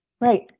right